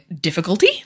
difficulty